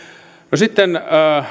no sitten